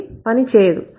అది పని చేయదు